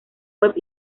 web